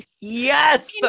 yes